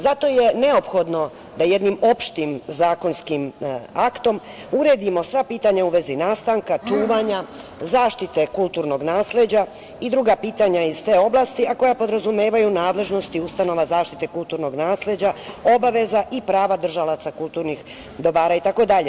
Zato je neophodno da jednim opštim zakonskim aktom uredimo sva pitanja u vezi nastanka, čuvanja, zaštite kulturnog nasleđa i druga pitanja iz te oblasti, a koja podrazumevaju nadležnosti ustanova zaštite kulturnog nasleđa, obaveza i prava držalaca kulturnih dobara itd.